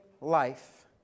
life